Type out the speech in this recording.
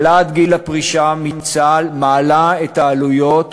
העלאת גיל הפרישה מצה"ל מגדילה את העלויות